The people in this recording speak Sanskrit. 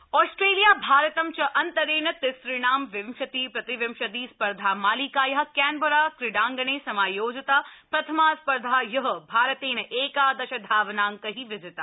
क्रिकेट ऑस्ट्रेलिया भारतं च अन्तरेण तिसृणां विंशति प्रतिविंशति स् र्धामालिकाया कैनबरा क्रीडांगणे समायोजिता प्रथमास् र्धा हय भारतेन एकादश धावनांकै विजिता